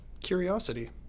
Curiosity